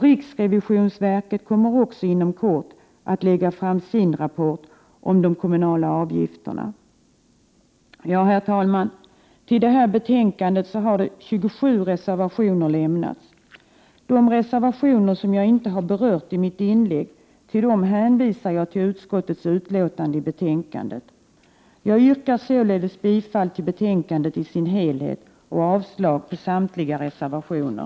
Riksrevisionsverket kommer också inom kort att lägga fram sin rapport om de kommunala avgifterna. Ja, herr talman, till det här betänkandet har 27 reservationer lämnats. Beträffande de reservationer som jag inte berört i mitt inlägg hänvisar jag till utskottets utlåtande i betänkandet. Jag yrkar således bifall till utskottets hemställan på alla punkter och avslag på samtliga reservationer.